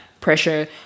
pressure